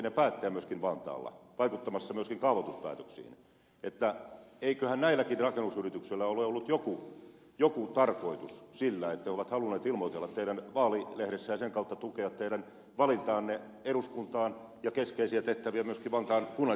te olette myöskin ollut keskeinen kuntapoliittinen päättäjä vantaalla ja vaikuttamassa myöskin kaavoituspäätöksiin joten eiköhän näilläkin rakennusyrityksillä ole ollut joku tarkoitus sillä että ne ovat halunneet ilmoitella teidän vaalilehdessänne ja sen kautta tukea teidän valintaanne eduskuntaan ja keskeisiä tehtäviä myöskin vantaan kunnallispolitiikassa